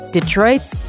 Detroit's